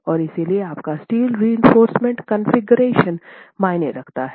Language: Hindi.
और इसलिए आपका स्टील रिइंफोर्समेन्ट कॉन्फ़िगरेशन मायने रखता है